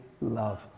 love